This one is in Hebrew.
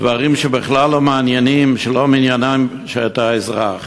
דברים שבכלל לא מעניינים, שלא מעניינים את האזרח.